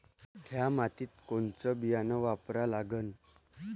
थ्या मातीत कोनचं बियानं वापरा लागन?